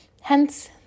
Hence